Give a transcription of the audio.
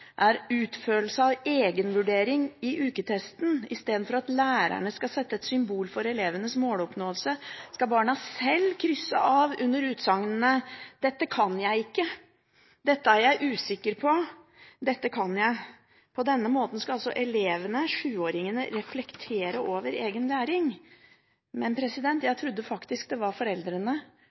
er utførelsen av egenvurderingen i uketesten. I stedet for at læreren setter inn sine symboler for elevenes måloppnåelse, skal barna selv krysse av under utsagnene Dette kan jeg ikke, Dette er jeg usikker på, Dette kan jeg.» På denne måten skal altså elevene, 7-åringene, reflektere over egen læring. Jeg trodde faktisk det var foreldrene